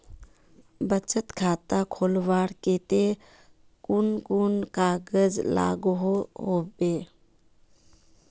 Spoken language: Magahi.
बचत खाता खोलवार केते कुन कुन कागज लागोहो होबे?